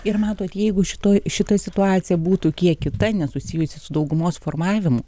ir matot jeigu šitoj šita situacija būtų kiek kita nesusijusi su daugumos formavimu